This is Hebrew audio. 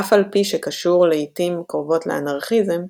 אף על פי שקשור לעיתים קרובות לאנרכיזם,